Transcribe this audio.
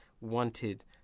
wanted